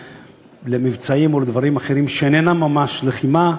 למבצעים ולדברים אחרים שאינם ממש לחימה.